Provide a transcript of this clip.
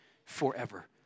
Forever